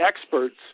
experts